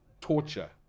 torture